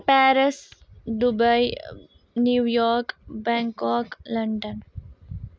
Paris Dubai New York Bangkok London